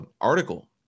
article